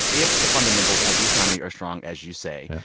if the fundamentals of the economy are strong, as you say,